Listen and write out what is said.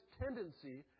tendency